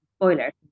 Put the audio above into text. spoiler